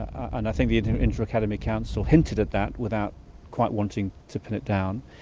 and i think the interacademy council hinted at that without quite wanting to pin it down.